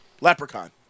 Leprechaun